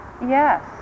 yes